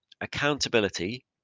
accountability